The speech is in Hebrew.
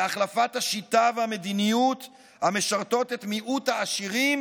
להחלפת השיטה והמדיניות המשרתות את מיעוט העשירים